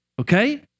okay